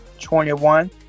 Twenty-one